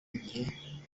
yihe